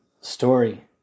story